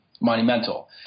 monumental